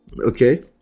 okay